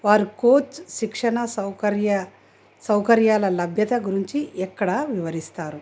వారు కోచ్ శిక్షణ సౌకర్య సౌకర్యాల లభ్యత గురించి ఎక్కడ వివరిస్తారు